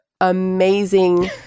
amazing